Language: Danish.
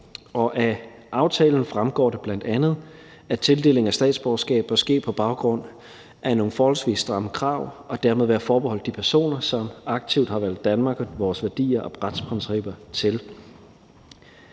og af aftalen fremgår det bl.a., at tildeling af statsborgerskab bør ske på baggrund af nogle forholdsvis stramme krav og dermed være forbeholdt de personer, som aktivt har valgt Danmark og vores værdier og retsprincipper til,